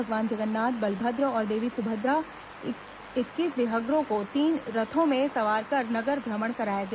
भगवान जगन्नाथ बलभद्र और देवी सुभद्रा इक्कीस विग्रहों को तीन रथों में सवार कर नगर भ्रमण कराया गया